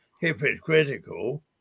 hypocritical